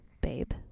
babe